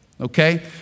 Okay